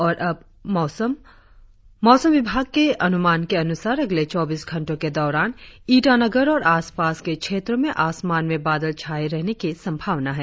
और अब मौसम मौसम विभाग के अनुमान के अनुसार अगले चौबीस घंटो के दौरान ईटानगर और आसपास के क्षेत्रो में आसमान में बादल छाये रहने की संभावना है